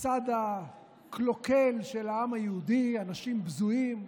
הצד הקלוקל של העם היהודי, אנשים בזויים,